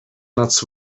nuts